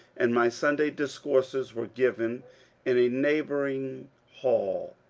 and my sunday discourses were given in a neighbouring hall.